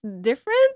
different